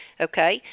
Okay